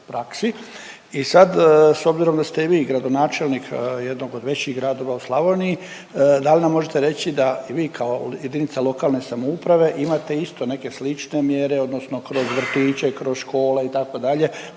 I sad s obzirom da ste i vi gradonačelnik jednog od većih gradova u Slavoniji, da li nam možete reći da i vi kao jedinica lokalne samouprave imate isto neke slične mjere, odnosno kroz vrtiće, kroz škole itd.,